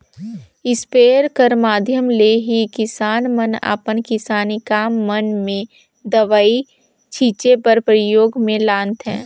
sprayer कर माध्यम ले ही किसान मन अपन किसानी काम मन मे दवई छीचे बर परियोग मे लानथे